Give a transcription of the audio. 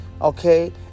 Okay